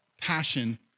passion